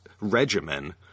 regimen